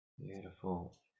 beautiful